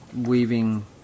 weaving